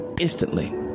Instantly